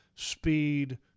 Speed